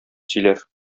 сөйләр